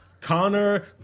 Connor